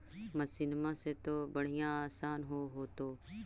मसिनमा से तो बढ़िया आसन हो होतो?